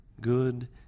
good